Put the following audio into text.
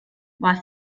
was